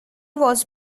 was